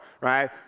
right